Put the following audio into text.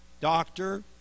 doctor